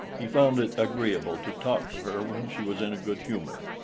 he found it agreeable to talk to her when she was in a good humor,